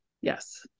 Yes